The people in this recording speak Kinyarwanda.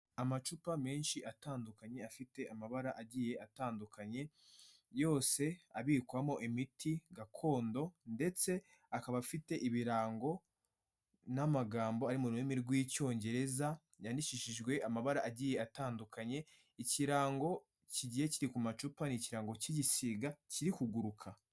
Amacupa menshi atandukanye afite amabara agiye atandukanye, yose abikwamo imiti gakondo ndetse akaba afite ibirango n'amagambo ari mu rurimi rw'icyongereza yandikishijwe amabara agiye atandukanye, ikirango kigiye kiri ku macupa ni ikirango cy'igisiga kiri kuguruka.